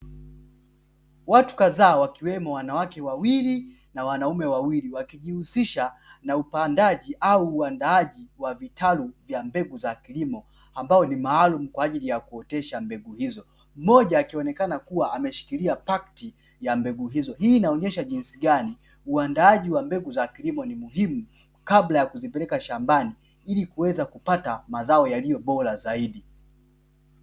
Watu kadhaa wakiwemo wanawake wawili na wanaume wawili wakijihusisha na upandaji au uandaaji wa vitalu vya mbegu za kilimo ambao ni maalumu kwa ajili ya kuotesha mbegu hizo, mmoja akionekana kuwa ameshikilia pakti ya mbegu hizo; hii inaonyesha jinsi gani uandaaji wa mbegu za kilimo ni muhimu kabla ya kuzipeleka shambani ili kuweza kupata mazao yaliyo bora zaidi.